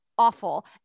awful